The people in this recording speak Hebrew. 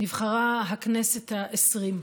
נבחרה הכנסת העשרים,